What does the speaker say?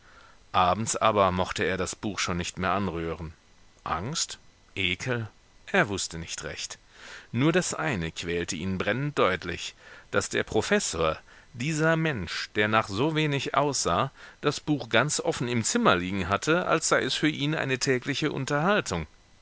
abends aber mochte er das buch schon nicht mehr anrühren angst ekel er wußte nicht recht nur das eine quälte ihn brennend deutlich daß der professor dieser mensch der nach so wenig aussah das buch ganz offen im zimmer liegen hatte als sei es für ihn eine tägliche unterhaltung